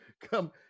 come